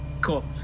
Cool